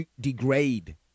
degrade